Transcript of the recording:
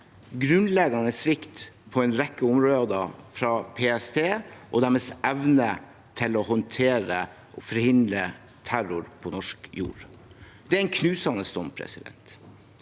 grunnleggende svikt på en rekke områder fra PST og deres evne til å håndtere og forhindre terror på norsk jord. Det er en knusende dom. Kjernen